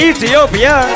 Ethiopia